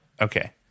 Okay